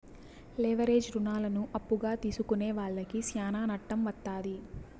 leverage రుణాలను అప్పుగా తీసుకునే వాళ్లకి శ్యానా నట్టం వత్తాది